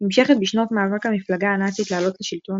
נמשכת בשנות מאבק המפלגה הנאצית לעלות לשלטון,